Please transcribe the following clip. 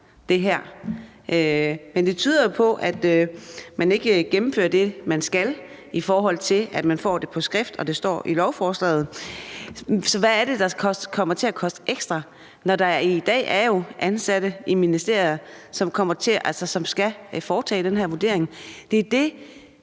det tyder jo på, at man ikke gennemfører det, man skal, i forhold til at vi får det på skrift og det står i lovforslaget. Så hvad er det, der kommer til at koste ekstra, når der i dag jo er ansatte i ministeriet, som skal foretage den her vurdering?